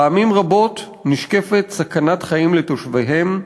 פעמים רבות נשקפת סכנת חיים לתושביהן,